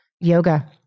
yoga